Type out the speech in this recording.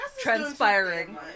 transpiring